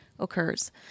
occurs